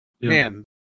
man